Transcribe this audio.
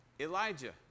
Elijah